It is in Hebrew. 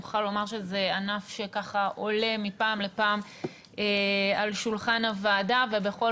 אני מוכרחה לומר שזה ענף שעולה מפעם לפעם על שולחן הוועדה ובכל